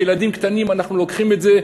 כילדים קטנים אנחנו לוקחים את זה,